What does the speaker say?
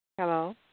Hello